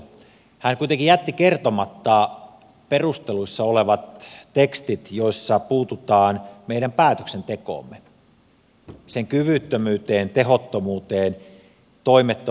hän kuitenkin jätti kertomatta perusteluissa olevat tekstit joissa puututaan meidän päätöksentekoomme sen kyvyttömyyteen tehottomuuteen ja toimettomuuteen